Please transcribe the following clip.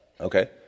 Okay